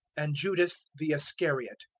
and judas the iscariot,